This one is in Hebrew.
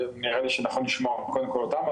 נראה לי שנכון לשמוע קודם כל אותם,